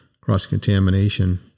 cross-contamination